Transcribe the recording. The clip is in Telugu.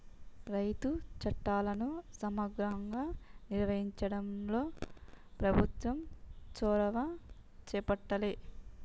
రైతు చట్టాలను సమగ్రంగా నిర్వహించడంలో ప్రభుత్వం చొరవ చేపట్టాలె